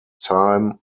time